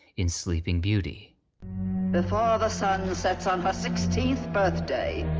in sleeping beauty. before the sun sets on her sixteenth birthday,